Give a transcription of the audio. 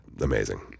amazing